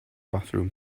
bathroom